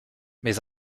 mais